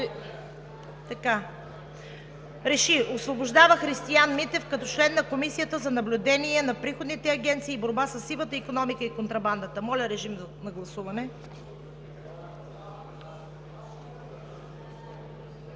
РЕШИ: Освобождава Христиан Митев като член на Комисията за наблюдение на приходните агенции и борба със сивата икономика и контрабандата.“ Моля, режим на гласуване.